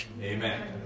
Amen